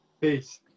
Peace